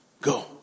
go